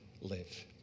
live